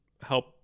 help